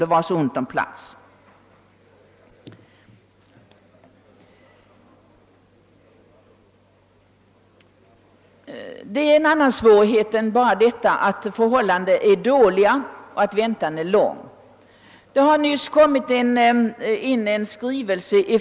Det finns en annan svårighet utöver att förhållandena är dåliga och väntan lång på rättpsykiatrisk undersökning.